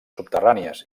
subterrànies